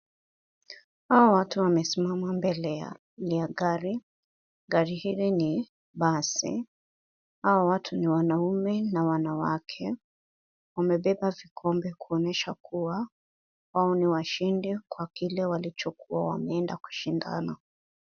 Hawa watu wamesimama mbele ya gari. Gari hili ni basi. Hawa watu ni wanaume na wanawake. Wamebeba vikombe kuonyesha kuwa wao ni washindi kwa kile walichokuwa wameenda kushindana.